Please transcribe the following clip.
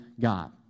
God